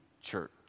church